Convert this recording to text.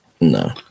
No